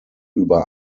über